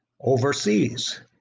overseas